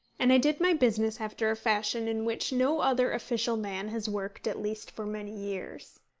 and i did my business after a fashion in which no other official man has worked, at least for many years.